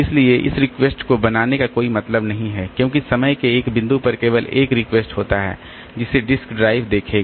इसलिए इस रिक्वेस्ट को बनाने का कोई मतलब नहीं है क्योंकि समय के एक बिंदु पर केवल एक रिक्वेस्ट होता है जिसे डिस्क ड्राइव देखेगा